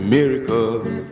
Miracles